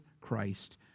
Christ